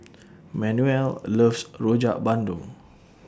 Manuel loves Rojak Bandung